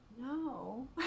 no